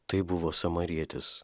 tai buvo samarietis